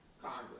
Congress